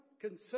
concern